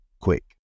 quick